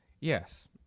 yes